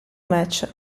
match